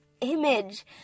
image